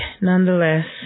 nonetheless